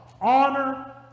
Honor